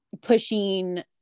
pushing